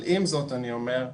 אבל עם זאת אני אומר,